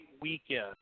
weekend